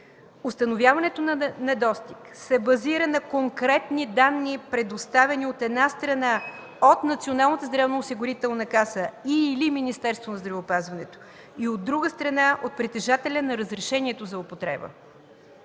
Установяването на недостиг се базира на конкретни данни, предоставяни, от една страна, от Националната здравноосигурителна каса и/или Министерството на здравеопазването, и от друга страна, от притежателя на разрешението за употреба,